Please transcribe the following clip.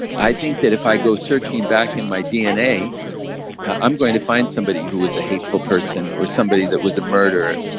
i think that if i go searching back in my dna i'm going to find somebody who was a hateful person or somebody that was a murderer,